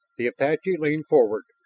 the apache leaned forward,